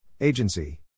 Agency